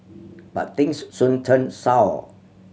but things soon turned sour